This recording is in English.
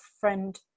friend